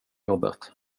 jobbet